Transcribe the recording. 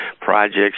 projects